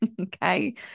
okay